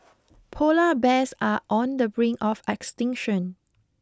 polar bears are on the brink of extinction